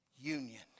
Union